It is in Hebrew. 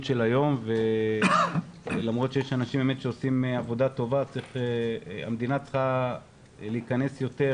של היום ולמרות שיש אנשים שעושים עבודה טובה המדינה צריכה להיכנס יותר